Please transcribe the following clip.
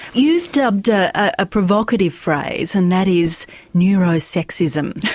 you've dubbed a ah provocative phrase and that is neuro-sexism.